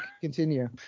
continue